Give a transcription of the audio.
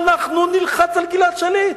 אנחנו נלחץ על גלעד שליט.